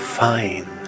fine